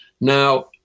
Now